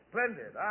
Splendid